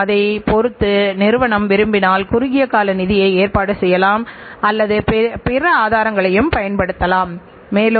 பின்னர் செயல்திறனுக்காகச் செல்லும்போது குறைபாடுடைய பொருட்களின் உற்பத்தியை குறைக்க வேண்டும்